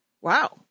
wow